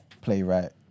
playwright